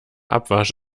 abwasch